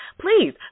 Please